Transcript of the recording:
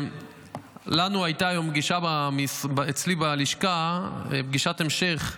לנו הייתה היום פגישה אצלי בלשכה, פגישת המשך,